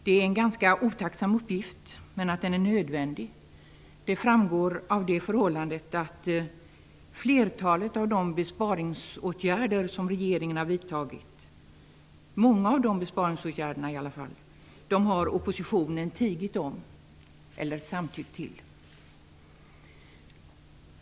Det är en ganska otacksam uppgift, men att den är nödvändig framgår av det förhållandet att oppositionen har tigit om eller samtyckt till många av de besparingsåtgärder som regeringen har vidtagit.